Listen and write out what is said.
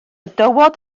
dywod